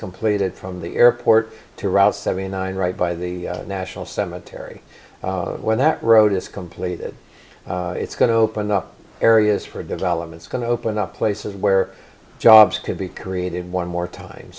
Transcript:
completed from the airport to route seventy nine right by the national cemetery when that road is completed it's going to open up areas for developments going to open up places where jobs could be created one more time